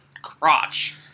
crotch